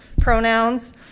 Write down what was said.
pronouns